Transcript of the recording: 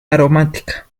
aromática